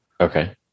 Okay